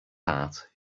heart